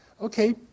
Okay